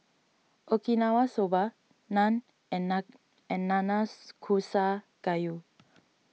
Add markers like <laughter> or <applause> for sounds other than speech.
Okinawa Soba Naan and <unintelligible> and Nanakusa Gayu